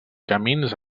camins